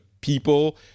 people